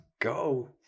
go